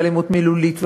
ואלימות מילולית,